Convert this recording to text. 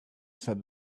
said